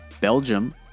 Belgium